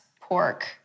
pork